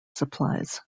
supplies